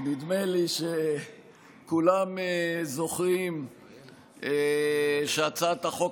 כי נדמה לי שכולם זוכרים שהצעת החוק